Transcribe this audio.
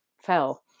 fell